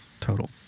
total